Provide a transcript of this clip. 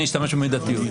אני אשתמש במידתיות.